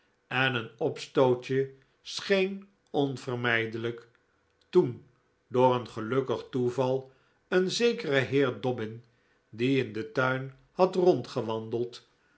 en een opstootje scheen onvermijdelijk toen door een gelukkig toeval een zekere heer dobbin die in den tuin had